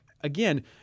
again